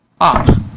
up